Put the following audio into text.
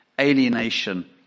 alienation